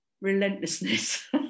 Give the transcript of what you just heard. relentlessness